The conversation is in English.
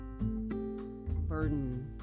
burden